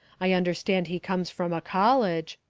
i understand he comes from a college.